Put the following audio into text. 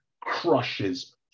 crushes